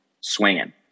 swinging